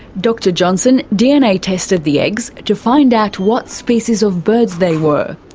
dr johnson dna tested the eggs to find out what species of birds they were.